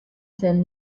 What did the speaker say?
zen